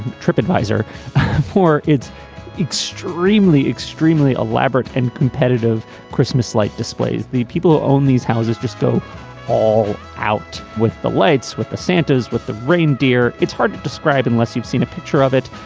tripadvisor for its extremely, extremely elaborate and competitive christmas light displays, the people who own these houses just go all out with the lights, with the santo's, with the reindeer. it's hard to describe unless you've seen a picture of it.